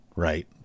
Right